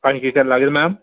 आणखी काय लागेल मॅम